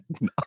No